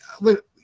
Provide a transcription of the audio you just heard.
Look